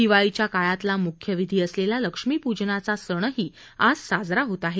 दिवाळीच्या काळातला मुख्य विधी असलेला लक्ष्मीप्जनाचा सणही आज साजरा होत आहे